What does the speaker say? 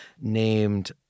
named